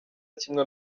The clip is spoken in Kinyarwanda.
kimwe